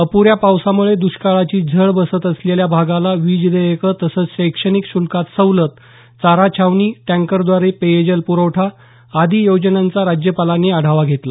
अप्ऱ्या पावसामुळे दष्काळाची झळ बसत असलेल्या भागाला वीज देयक तसंच शैक्षणिक श्र्ल्कात सवलत चारा छावणी टँकरद्वारे पेयजल प्रवठा आदी योजनांचा राज्यपालांनी आढावा घेतला